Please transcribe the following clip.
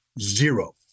Zero